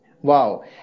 Wow